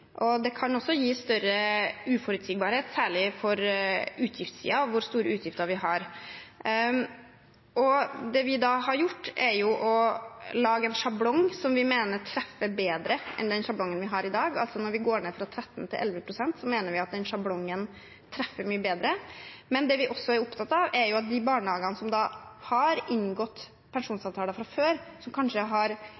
og det kunne også gitt større uforutsigbarhet, særlig for utgiftssiden, hvor store utgifter man har. Det vi har gjort, er å lage en sjablong som vi mener treffer bedre enn den sjablongen vi har i dag. Når vi går ned fra 13 til 11 pst., mener vi at vi treffer mye bedre. Det vi også er opptatt av, er at de barnehagene som har inngått